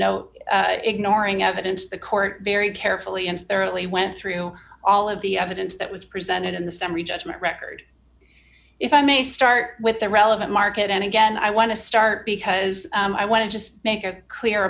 no ignoring evidence the court very carefully and thoroughly went through all of the evidence that was presented in the summary judgment record if i may start with the relevant market and again i want to start because i want to just make